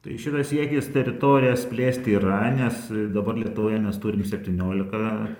tai šitas siekis teritorijas plėst yra nes dabar lietuvoje mes turim septyniolika